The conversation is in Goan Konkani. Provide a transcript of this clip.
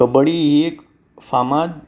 कबड्डी ही एक फामाद